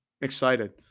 excited